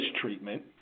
treatment